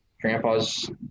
grandpa's